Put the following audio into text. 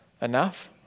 enough